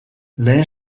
lehen